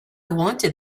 wanted